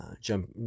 jump